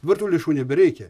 dabar tų lėšų nebereikia